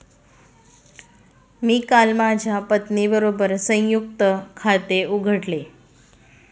मी काल माझ्या पत्नीबरोबर संयुक्त खाते उघडले